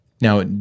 now